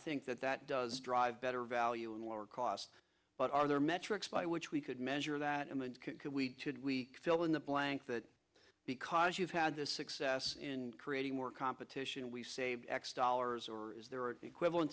think that that does drive better value and lower cost but are there metrics by which we could measure that and could we should we fill in the blank that because you've had this success in creating more competition we saved x dollars or is there are equivalent